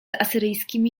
asyryjskimi